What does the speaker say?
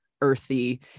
earthy